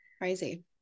crazy